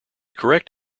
correct